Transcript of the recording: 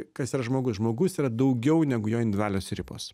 kas yra žmogus žmogus yra daugiau negu jo individualios ribos